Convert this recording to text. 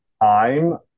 time